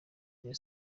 rayon